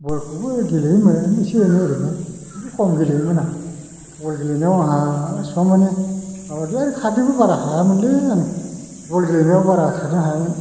बलखौबो गेलेयोमोन एसे एनै ओरैनो खिन्थु खम गेलेयोमोन आं बल गेलेनायाव आंहा एसेबांमानि बे खारनोबो बारा हायामोनलै आं बल गेलेनायाव बारा खारनो हायामोन